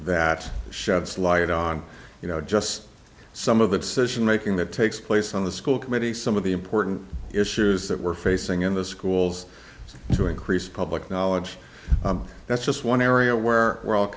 that sheds light on you know just some of the decision making that takes place on the school committee some of the important issues that we're facing in the schools to increase public knowledge that's just one area where we're all